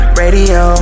radio